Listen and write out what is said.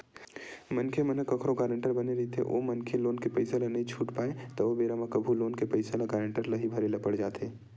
मनखे मन ह कखरो गारेंटर बने रहिथे ओ मनखे लोन के पइसा ल नइ छूट पाय ओ बेरा म कभू लोन के पइसा ल गारेंटर ल ही भरे ल पड़ जाथे